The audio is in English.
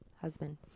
husband